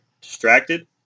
distracted